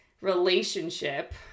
relationship